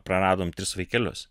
praradom tris vaikelius